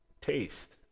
taste